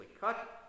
cut